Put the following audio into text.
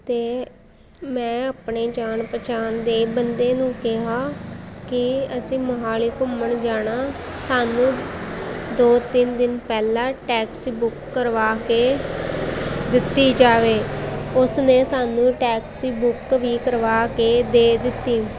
ਅਤੇ ਮੈਂ ਆਪਣੇ ਜਾਣ ਪਹਿਚਾਣ ਦੇ ਬੰਦੇ ਨੂੰ ਕਿਹਾ ਕਿ ਅਸੀਂ ਮੋਹਾਲੀ ਘੁੰਮਣ ਜਾਣਾ ਸਾਨੂੰ ਦੋ ਤਿੰਨ ਦਿਨ ਪਹਿਲਾਂ ਟੈਕਸੀ ਬੁੱਕ ਕਰਵਾ ਕੇ ਦਿੱਤੀ ਜਾਵੇ ਉਸ ਨੇ ਸਾਨੂੰ ਟੈਕਸੀ ਬੁੱਕ ਵੀ ਕਰਵਾ ਕੇ ਦੇ ਦਿੱਤੀ